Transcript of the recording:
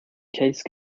case